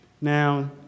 Now